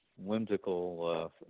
whimsical